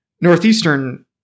Northeastern